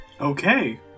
Okay